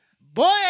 boy